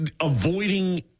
avoiding